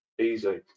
Easy